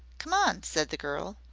come on, said the girl.